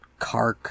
Kark